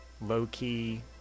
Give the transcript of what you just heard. low-key